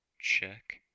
Check